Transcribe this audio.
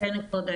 אני מודה על